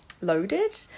loaded